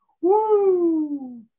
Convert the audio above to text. Woo